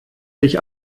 sich